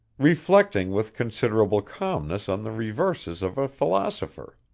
reflecting with considerable calmness on the reverses of a philosopher.